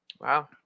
Wow